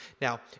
Now